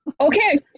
Okay